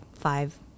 five